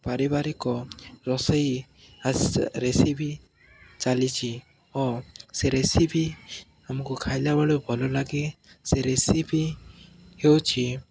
ପାରିବାରିକ ରୋଷେଇ ରେସିପି ଚାଲିଛି ଓ ସେ ରେସିପି ଆମକୁ ଖାଇଲାବେଳକୁ ଭଲ ଲାଗେ ସେ ରେସିପି ହେଉଛି